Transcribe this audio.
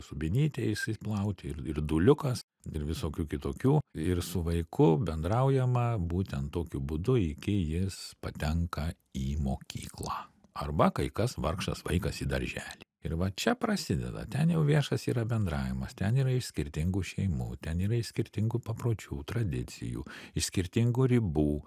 subinytę išsiplauti ir virduliuką ir visokių kitokių ir su vaiku bendraujama būtent tokiu būdu iki jis patenka į mokyklą arba kai kas vargšas vaikas į darželį ir va čia prasideda ten jau viešas yra bendravimas ten yra skirtingų šeimų ten yra skirtingų papročių tradicijų iš skirtingų ribų